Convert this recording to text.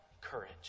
courage